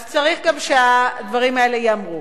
אז צריך גם שהדברים האלה ייאמרו.